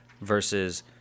versus